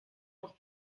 noch